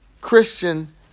Christian